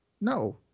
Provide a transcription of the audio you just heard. No